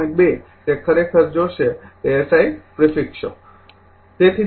૨ તે ખરેખર જોશે તે એસઆઈ પ્રિફિકસો